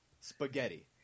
spaghetti